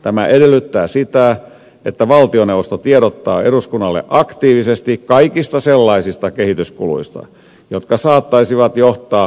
tämä edellyttää sitä että valtioneuvosto tiedottaa eduskunnalle aktiivisesti kaikista sellaisista kehityskuluista jotka saattaisivat johtaa taisteluosastojen käyttöön